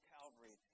Calvary